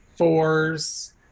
fours